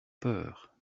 peur